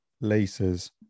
laces